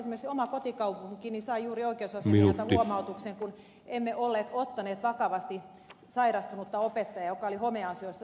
esimerkiksi oma kotikaupunkini sai juuri oikeusasiamieheltä huomautuksen kun emme olleet ottaneet vakavasti sairastunutta opettajaa joka oli homeasioista sairastunut